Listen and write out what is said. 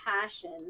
passion